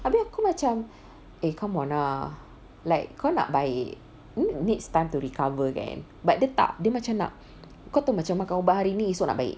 abeh aku macam eh come on lah like kau nak baik needs time to recover kan but dia tak dia macam nak kau tahu macam makan ubat hari ni esok nak baik